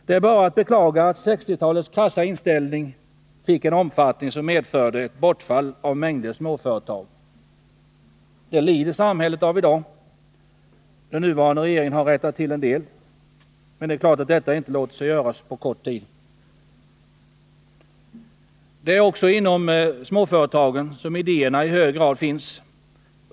Det är bara att beklaga att 1960-talets krassa inställning fick en omfattning som medförde ett bortfall av mängder småföretag. Det lider samhället avi dag. Den nuvarande regeringen har rättat till en del, men det är klart att detta inte låter sig göras på kort tid. Det är också inom småföretagen som idéerna i hög grad finns.